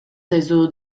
zaizu